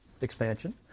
expansion